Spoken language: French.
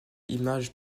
image